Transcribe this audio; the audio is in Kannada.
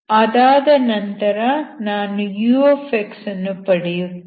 ಅದಾದ ನಂತರ ನಾನು u ಅನ್ನು ಪಡೆಯುತ್ತೇನೆ